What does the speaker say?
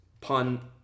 pun